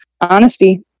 honesty